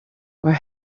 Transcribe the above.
were